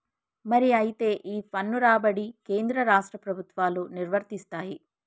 మరి అయితే ఈ పన్ను రాబడి కేంద్ర రాష్ట్ర ప్రభుత్వాలు నిర్వరిస్తాయి